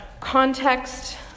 context